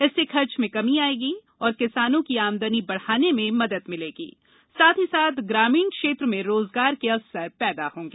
इससे खर्च में कमी आयेगी तथा किसानों की आमदनी बढ़ाने में मदद मिलेगी और ग्रामीण क्षेत्र में रोजगार के अवसर पैदा होंगे